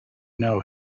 know